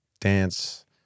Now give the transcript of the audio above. dance